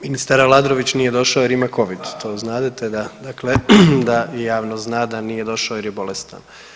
Ministar Aladrović nije došao jer ima covid, to znadete dakle da javnost zna da nije došao jer je bolestan.